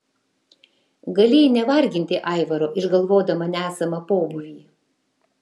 galėjai nevarginti aivaro išgalvodama nesamą pobūvį